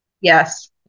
Yes